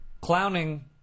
Clowning